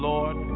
Lord